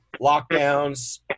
lockdowns